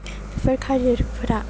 बेफोर केरियार फोरा